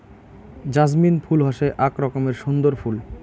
jasmine ফুল হসে আক রকমের সুন্দর ফুল